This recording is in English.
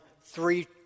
three